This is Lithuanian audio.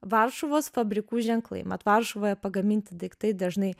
varšuvos fabrikų ženklai mat varšuvoje pagaminti daiktai dažnai